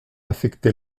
affecté